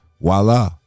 voila